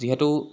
যিহেতু